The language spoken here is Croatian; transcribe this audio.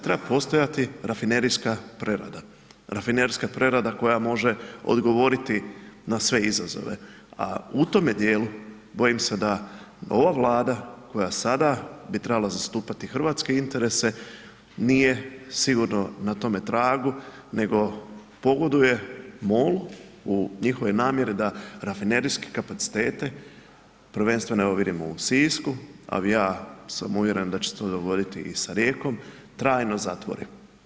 Treba postojati rafinerijska prerada, rafinerijska prerada koja može odgovoriti na sve izazove, a u tome dijelu, bojim se da ova Vlada koja sada bi trebala zastupati hrvatske interese, nije sigurno na tome tragu, nego pogoduje MOL-u u njihovoj namjeri da rafinerijske kapacitete, prvenstveno evo vidimo u Sisku, ali ja sam uvjeren da će se to dogoditi i sa Rijekom, trajno zatvori.